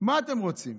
מה אתם רוצים,